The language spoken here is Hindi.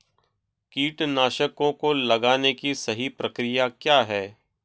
कीटनाशकों को लगाने की सही प्रक्रिया क्या है?